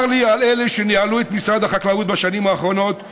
צר לי על אלו שניהלו את משרד החקלאות בשנים האחרונות,